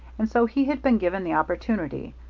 and so he had been given the opportunity,